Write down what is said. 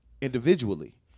individually